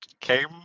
came